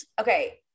Okay